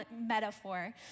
metaphor